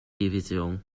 division